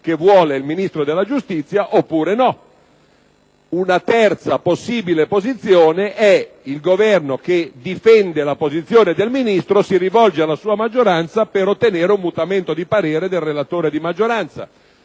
Una terza possibile posizione è la seguente: il Governo difende la posizione del Ministro, si rivolge alla sua maggioranza per ottenere un mutamento di parere del relatore di maggioranza.